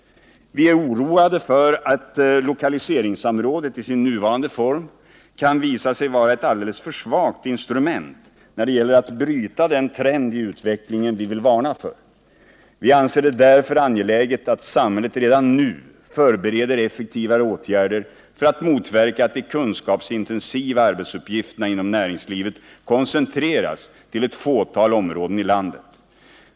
i Vi är oroade för att lokaliseringssamrådet i sin nuvarande form kan visa sig vara ett alldeles för svagt instrument när det gäller att bryta den trend i utvecklingen som vi vill varna för. Vi anser det därför angeläget att samhället redan nu förbereder effektivare åtgärder för att motverka att de kunskapsintensiva arbetsuppgifterna inom näringslivet koncentreras till ett fåtal områden i landet.